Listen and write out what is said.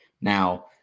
Now